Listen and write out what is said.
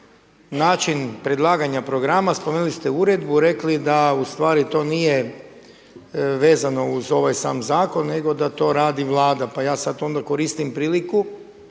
način predlaganja programa, spomenuli ste uredbu, rekli da to nije vezano uz ovaj sam zakon nego da to radi Vlada. Pa ja sada onda koristim priliku